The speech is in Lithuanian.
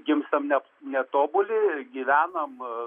gimstam net netobuli gyvenam